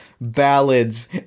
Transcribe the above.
ballads